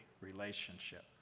relationship